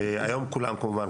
היום כולם כמובן,